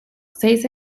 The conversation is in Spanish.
seis